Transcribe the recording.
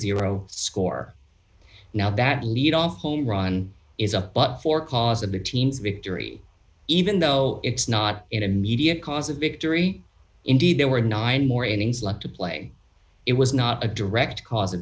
twenty score now that leadoff home run is up but for cause of the team's victory even though it's not an immediate cause of victory indeed there were nine more innings left to play it was not a direct cause a